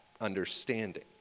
understanding